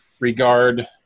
regard